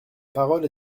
parole